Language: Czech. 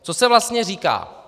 Co se vlastně říká?